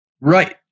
Right